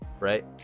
Right